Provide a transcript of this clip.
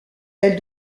elle